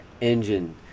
engine